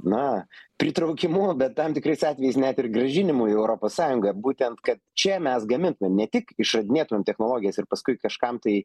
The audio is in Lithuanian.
na pritraukimu bet tam tikrais atvejais net ir grąžinimu į europos sąjungą būtent kad čia mes gamintumėm ne tik išradinėtumėm technologijas ir paskui kažkam tai